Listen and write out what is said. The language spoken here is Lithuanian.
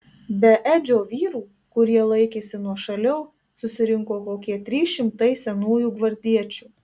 be edžio vyrų kurie laikėsi nuošaliau susirinko kokie trys šimtai senųjų gvardiečių